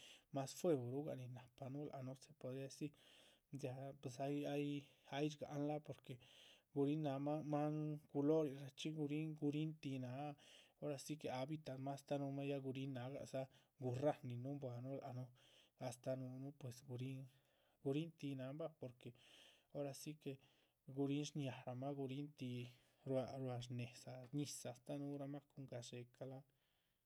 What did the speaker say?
Más fuehurugah nin nahpanuh lac nuh, se podría decir ya pues ay shgáhan lác porque gurihin náh máan culorin rachxí gurihin gurihin tih náh. ora si que habitad mah astáh núhumah ya gurihin nagadza gurráhn nin núhun buanuh lac nuh astáh núhunuh pues gurihin gurihintih náha bah. porque hora si que gurihin shñáramah gurin tih ruac shnédza ñizah astáh núhuramah cun gadxéhe ca láha